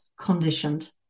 conditioned